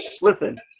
listen